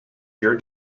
your